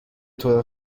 طور